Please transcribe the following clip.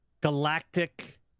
galactic